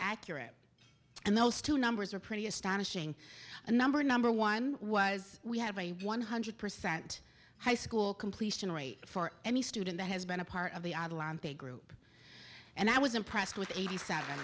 accurate and those two numbers are pretty astonishing a number number one was we have a one hundred percent high school completion rate for any student that has been a part of the a group and i was impressed with eighty seven